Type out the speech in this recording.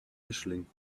mischling